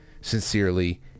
Sincerely